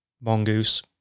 mongoose